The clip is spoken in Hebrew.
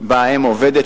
שבה האם עובדת,